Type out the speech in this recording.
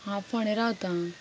हांव फोणें रावतां